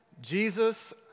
Jesus